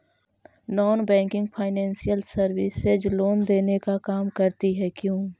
Non banking financial services loan देने का काम करती है क्यू?